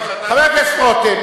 חבר הכנסת רותם,